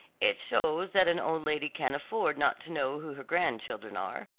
it shows that an old lady can't afford not to know who her grandchildren are,